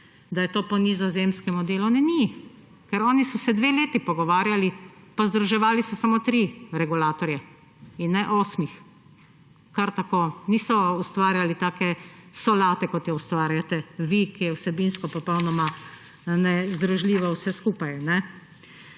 da je to po nizozemskem modelu. Ne, ni. Oni so se dve leti pogovarjali pa združevali so samo tri regulatorje, ne osmih kar tako. Niso ustvarjali take solate, kot jo ustvarjate vi, ko je vsebinsko popolnoma nezdružljivo vse skupaj.